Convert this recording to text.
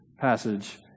passage